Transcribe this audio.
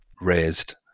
raised